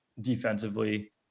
defensively